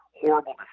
horrible